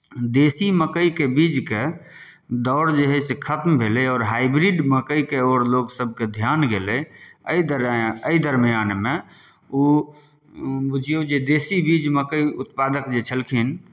देशी मक्कइके बीजके दौर जे हइ से खत्म भेलै आओर हाइब्रिड मक्कइके ओर लोकसभके ध्यान गेलै एहि दरम्य एहि दरम्यानमे ओ ओ बुझियौ जे देशी बीज मक्कइ उत्पादक जे छलखिन